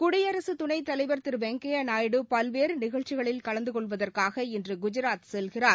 குடியரசுத் துணைத் தலைவர் திரு வெங்கைய்யா நாடு பல்வேறு நிகழ்ச்சியில் கலந்து கொள்வதற்காக இன்று குஜராத் செல்கிறார்